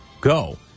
go